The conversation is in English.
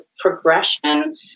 progression